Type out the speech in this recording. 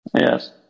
Yes